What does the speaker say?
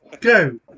go